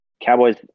Cowboys